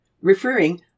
Referring